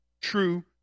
true